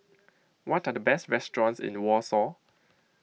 what are the best restaurants in Warsaw